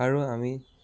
আৰু আমি